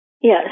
Yes